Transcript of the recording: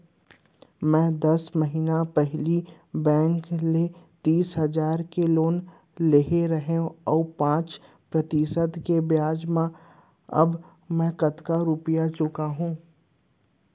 मैं दस महिना पहिली बैंक ले तीस हजार के लोन ले रहेंव पाँच प्रतिशत के ब्याज म अब मैं कतका रुपिया चुका हूँ?